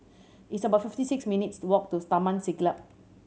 it's about fifty six minutes' to walk to Taman Siglap